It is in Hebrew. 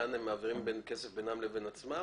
הם מעבירים כסף בינם לבין עצמם?